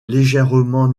légèrement